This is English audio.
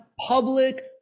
public